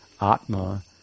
Atma